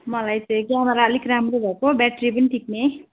मलाई चाहिँ क्यामरा अलिक राम्रो भएको ब्याट्री पनि टिक्ने